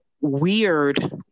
weird